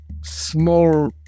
small